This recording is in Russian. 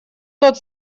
тот